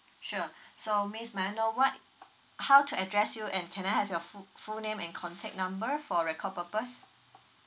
sure so miss may I know what how to address you and can I have your full~ full name and contact number for record purpose